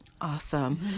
Awesome